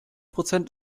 prozent